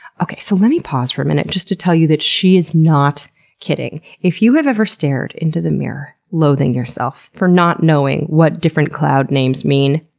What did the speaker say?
okay, so lemme pause for a minute just to tell you that she is not kidding. if you have ever stared into the mirror loathing yourself for not knowing what different cloud names mean,